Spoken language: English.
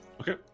Okay